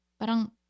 parang